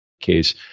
case